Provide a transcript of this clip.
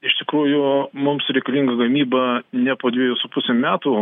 iš tikrųjų mums reikalinga gamyba ne po dviejų su puse metų